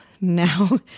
now